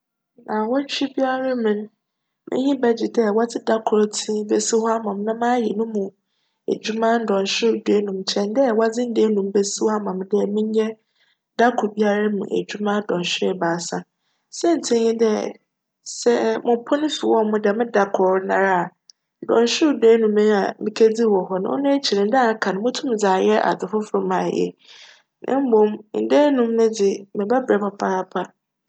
Ndaawctwe biara mu no, m'enyi bjgye dj wcdze da kor tsee besi hc ama me na m'ayj no mu edwuma dcnhwer du enum kyjn dj wcdze nda enum besi hc ama me dj menyj da kor biara mu edwuma dcnhwer ebiasa. Siantsir nye dj, sj mopon fi hc djm da kor noara a, dcnhwer du enum na mekedzii wc hc no, cno ekyir no nda aka no mobotum dze ayj adze fofor ma ayj yie mbom nda enum no dze mebjberj papaapa.